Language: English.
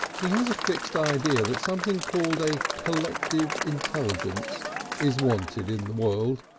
he has a fixed idea that something called a collective intelligence is wanted in the world,